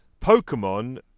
Pokemon